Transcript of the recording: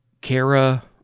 Kara